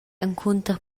encunter